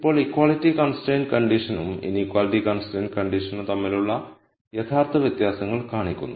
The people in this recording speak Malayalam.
ഇപ്പോൾ ഇക്വാളിറ്റി കൺസ്ട്രയിന്റ് കണ്ടീഷനും ഇനീക്വാളിറ്റി കൺസ്ട്രയിന്റ് കണ്ടീഷനും തമ്മിലുള്ള യഥാർത്ഥ വ്യത്യാസങ്ങൾ കാണിക്കുന്നു